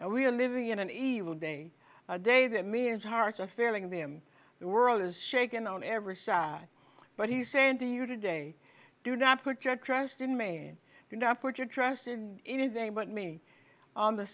and we are living in an evil day a day that means hearts are failing them the world is shaken on every side but he said to you today do not put your trust in man cannot put your trust in anything but me on the